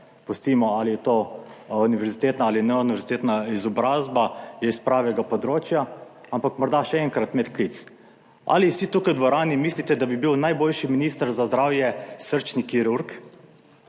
pustimo ali je to univerzitetna ali ne univerzitetna izobrazba, je iz pravega področja. Ampak morda še enkrat medklic. Ali vsi tukaj v dvorani mislite, da bi bil najboljši minister za zdravje srčni kirurg?